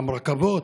גם רכבות,